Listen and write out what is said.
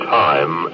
time